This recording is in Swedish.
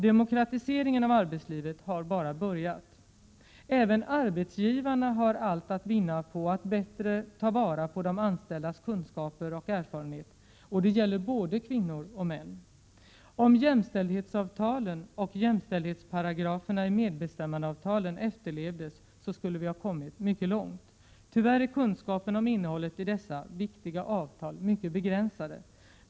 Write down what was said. Demokratiseringen av arbetslivet har bara börjat. Även arbetsgivarna har allt att vinna på att bättre ta vara på de anställdas kunskaper och erfarenheter. Och det gäller både kvinnor och män. Om jämställdhetsavtalen och jämställdhetsparagraferna i medbestämmandeavtalen efterlevdes skulle vi ha kommit mycket långt. Tyvärr är kunskapen om innehållet i dessa viktiga avtal mycket begränsade.